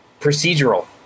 procedural